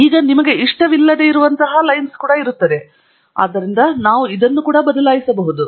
ಈಗ ನಿಮಗೆ ಇಷ್ಟವಿಲ್ಲದಿರುವಂತಹ ಲೈನ್ ಕೂಡ ಇದೆ ಆದ್ದರಿಂದ ನಾವು ಇದನ್ನು ಕೂಡಾ ಬದಲಾಯಿಸಬಹುದು